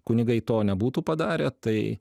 kunigai to nebūtų padarę tai